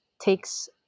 takes